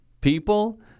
People